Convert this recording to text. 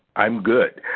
i'm good.